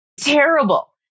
terrible